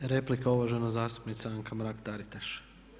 Replika, uvažena zastupnica Anka Mrak-Taritaš.